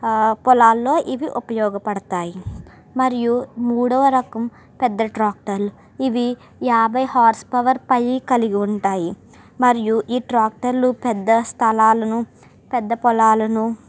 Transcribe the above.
పొలాల్లో ఇవి ఉపయోగపడుతాయి మరియు మూడవ రకం పెద్ద ట్రాక్టర్లు ఇవి యాభై హార్స్ పవర్ పై కలిగి ఉంటాయి మరియు ఈ ట్రాక్టర్లు పెద్ద స్థలాలను పెద్ద పొలాలను